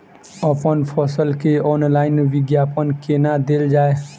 अप्पन फसल केँ ऑनलाइन विज्ञापन कोना देल जाए?